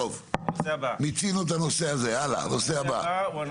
נושא הבא.